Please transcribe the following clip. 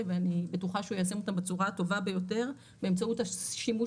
ואני בטוחה שהוא יישם אותן בצורה הטובה ביותר באמצעות השימוש